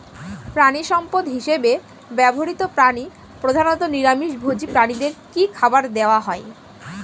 প্রাণিসম্পদ হিসেবে ব্যবহৃত প্রাণী প্রধানত নিরামিষ ভোজী প্রাণীদের কী খাবার দেয়া হয়?